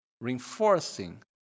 reinforcing